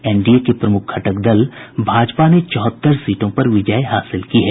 NDA के प्रमुख घटक दल भारतीय जनता पार्टी ने चौहत्तर सीटों पर विजय हासिल की है